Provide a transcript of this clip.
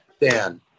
Dan